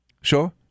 Sure